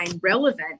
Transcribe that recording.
relevant